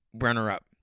runner-up